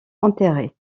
enterré